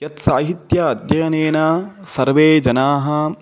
यतेन साहित्य अध्ययनेन सर्वे जनाः